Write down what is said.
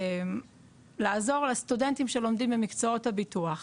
לעזור לסטודנטים שלומדים במקצועות הביטוח.